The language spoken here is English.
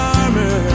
armor